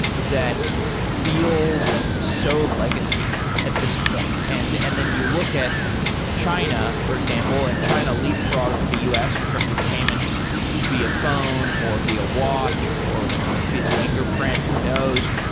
that feels so legacy at this point and and then you look at china for example and china leap frogs to the us in terms of payments via phone or via watch or via fingerprint who knows.